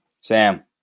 Sam